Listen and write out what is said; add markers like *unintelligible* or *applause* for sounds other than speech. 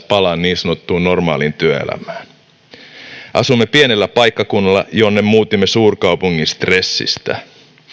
*unintelligible* palaan niin sanottuun normaaliin työelämään asumme pienellä paikkakunnalla jonne muutimme suurkaupungin stressistä